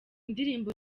ndirimbo